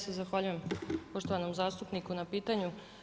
Ja se zahvaljujem poštovanom zastupniku na pitanju.